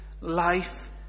life